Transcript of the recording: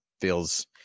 feels